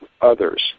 others